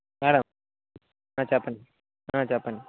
sir చెప్పండి చెప్పండి